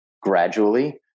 gradually